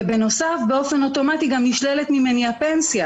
ובנוסף באופן אוטומטי גם נשללת ממני הפנסיה